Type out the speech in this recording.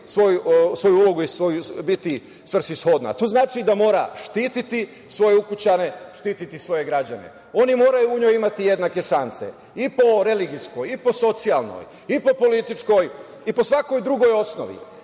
svoju ulogu i biti svrsishodna, a to znači da mora štititi svoje ukućane, štititi svoje građane. Oni moraju u njoj imati jednake šanse, i po religijskoj, i po socijalnoj, i po političkoj, i po svakoj drugoj osnovi. To